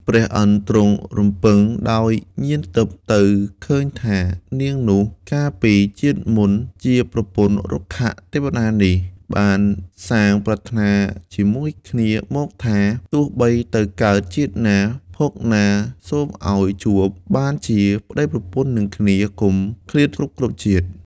ព្រះឥន្ធទ្រង់រំពឹងដោយញាណទិព្វទៅឃើញថា នាងនោះ កាលពីជាតិមុនជាប្រពន្ធរុក្ខទេវតានេះ បានសាងប្រាថ្នាជាមួយគ្នាមកថា “ទោះបីទៅកើតជាតិណា ភពណាសូមឱ្យជួប បានជាប្ដីប្រពន្ធនិងគ្នា កុំឃ្លាតគ្រប់ៗជាតិ”។